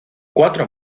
cuatro